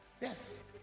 Yes